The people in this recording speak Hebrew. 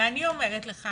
ואני אומרת לך